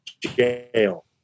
jail